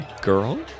girl